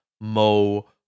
mo